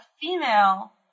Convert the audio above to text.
female